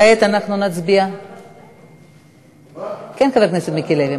כעת אנחנו נצביע, כן, חבר הכנסת מיקי לוי.